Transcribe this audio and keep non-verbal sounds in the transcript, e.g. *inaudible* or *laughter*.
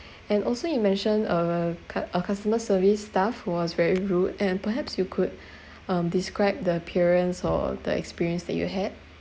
and also you mentioned uh cu~ a customer service staff who was very rude and perhaps you could *breath* um describe the appearance or the experience that you had